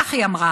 וכך היא אמרה: